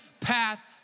path